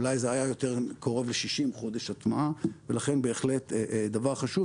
אולי זה היה קרוב יותר ל-60 חודשי הטמעה ולכן זה בהחלט דבר חשוב,